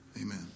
Amen